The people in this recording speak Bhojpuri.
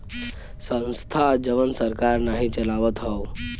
संस्था जवन सरकार नाही चलावत हौ